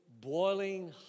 boiling